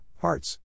Hearts